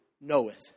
knoweth